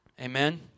Amen